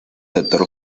doctor